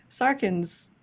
Sarkin's